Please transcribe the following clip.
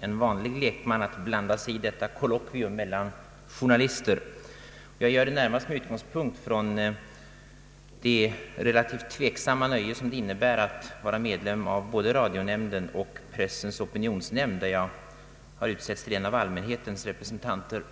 en vanlig lekman att blanda sig i detta colloquium mellan journalister! Jag gör det närmast med utgångspunkt i det relativt tveksamma nöje som det innebär att vara medlem av både Radionämnden och Pressens opinionsnämnd, där jag har utsetts till en av allmänhetens representanter.